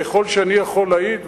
ככל שאני יכול להעיד,